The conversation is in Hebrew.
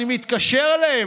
אני מתקשר אליהם.